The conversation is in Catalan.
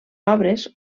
obres